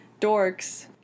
dorks